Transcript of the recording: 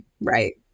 right